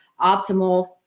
optimal